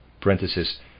Parenthesis